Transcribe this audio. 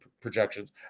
projections